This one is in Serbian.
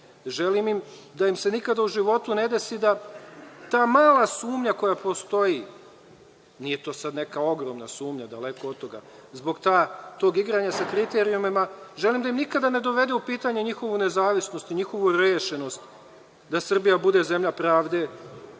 Želim im da im se nikada u životu ne desi da ta mala sumnja koja postoji, nije to sad neka ogromna sumnja, daleko od toga, zbog tog igranja sa kriterijumima, želim da im nikada ne dovede u pitanje njihovu nezavisnost i njihovu rešenost da Srbija bude zemlja pravde,